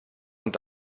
und